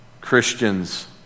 Christians